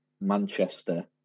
Manchester